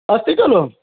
अस्ति खलु